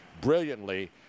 brilliantly